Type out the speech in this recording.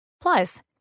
Plus